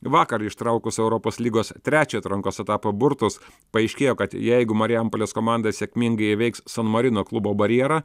vakar ištraukus europos lygos trečio atrankos etapo burtus paaiškėjo kad jeigu marijampolės komanda sėkmingai įveiks san marino klubo barjerą